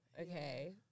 okay